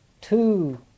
two